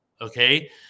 okay